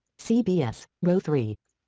cbs, row three.